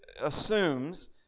assumes